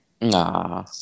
Nah